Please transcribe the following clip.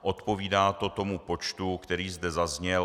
Odpovídá to tomu počtu, který zde zazněl.